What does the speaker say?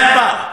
זה היה פעם.